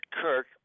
Kirk